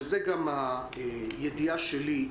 וזו גם הידיעה שלי,